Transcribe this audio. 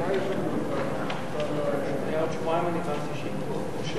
ההצעה להעביר את הצעת חוק הפיקדון על מכלי משקה (תיקון מס'